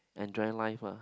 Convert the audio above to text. enjoy life ah